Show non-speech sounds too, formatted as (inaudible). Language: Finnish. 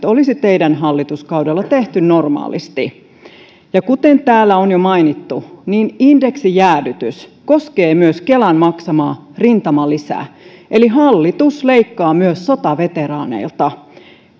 (unintelligible) olisi teidän hallituskaudellanne tehty normaalisti ja kuten täällä on jo mainittu indeksijäädytys koskee myös kelan maksamaa rintamalisää eli hallitus leikkaa myös sotaveteraaneilta